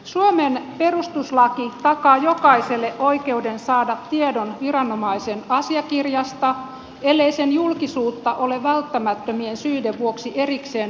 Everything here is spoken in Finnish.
suomen perustuslaki takaa jokaiselle oikeuden saada tiedon viranomaisen asiakirjasta ellei sen julkisuutta ole välttämättömien syiden vuoksi erikseen rajoitettu